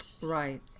Right